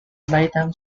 lytham